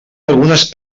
algunes